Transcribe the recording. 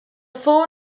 four